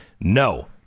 No